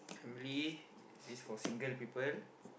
family it says for single people